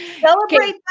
Celebrate